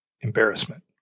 embarrassment